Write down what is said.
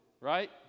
right